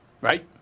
Right